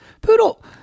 Poodle